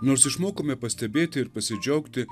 nors išmokome pastebėti ir pasidžiaugi